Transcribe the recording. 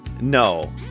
no